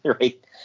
Right